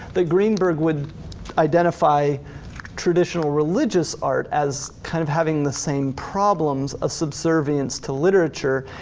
that greenberg would identify traditional religious art as kind of having the same problems, a subservience to literature,